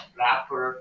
rapper